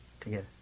together